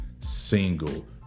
single